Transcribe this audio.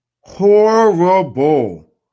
Horrible